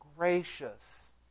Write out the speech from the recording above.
Gracious